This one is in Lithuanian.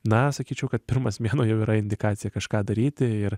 na sakyčiau kad pirmas mėnuo jau yra indikacija kažką daryti ir